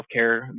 healthcare